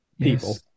people